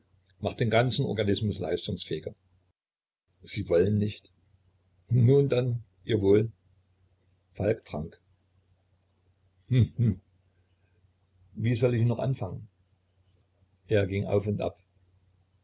macht den ganzen organismus leistungsfähiger sie wollen nicht nun dann ihr wohl falk trank hm hm wie soll ich nur anfangen er ging auf und ab